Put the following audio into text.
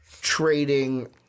trading